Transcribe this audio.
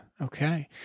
Okay